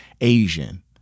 Asian